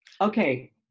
Okay